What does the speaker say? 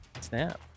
Snap